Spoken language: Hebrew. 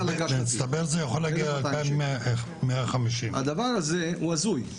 במצטבר זה יכול להגיע עד 150. הדבר הזה הוא הזוי,